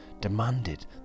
demanded